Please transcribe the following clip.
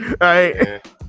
Right